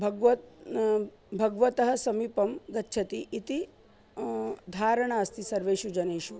भगवतः न भगवतः समीपं गच्छति इति धारणा अस्ति सर्वेषु जनेषु